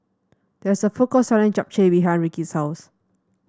there is a food court selling Japchae behind Rickie's house